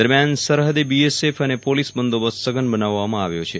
દરમિયાન સરહદે બીએસએફ અને પોલીસ બંદોબસ્ત સઘન બનાવવામાં આવ્યો છે